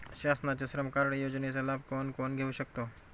शासनाच्या श्रम कार्ड योजनेचा लाभ कोण कोण घेऊ शकतो?